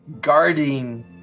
guarding